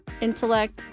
intellect